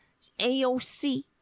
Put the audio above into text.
AOC